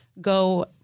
go